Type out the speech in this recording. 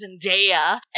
Zendaya